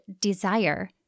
DESIRE